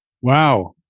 Wow